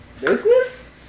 Business